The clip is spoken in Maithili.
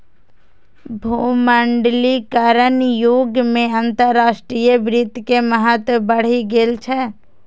भूमंडलीकरणक युग मे अंतरराष्ट्रीय वित्त के महत्व बढ़ि गेल छै